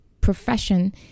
profession